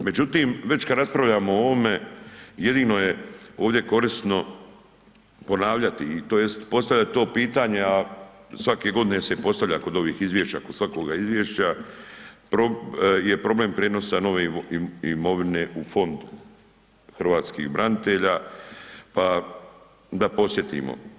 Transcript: Međutim, već kad raspravljamo o ovome jedino je ovdje korisno ponavljati, tj. postavljati to pitanje, a svake godine se postavlja kod ovih izvješća, kod svakoga izvješća, je problem prijenosa nove imovine u Fond hrvatskih branitelja pa da podsjetimo.